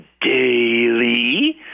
daily